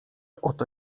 oto